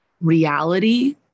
reality